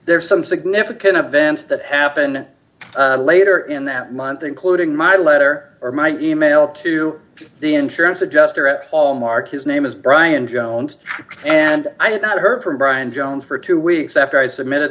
are some significant events that happen later in that month including my letter or my email to the insurance adjuster at all mark his name is brian jones and i have not heard from brian jones for two weeks after i submitted